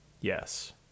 Yes